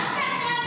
מה זה?